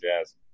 jazz